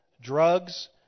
drugs